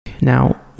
Now